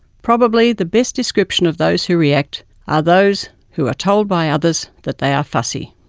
probably the best description of those who react are those who are told by others that they are fussy.